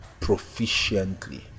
proficiently